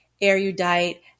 erudite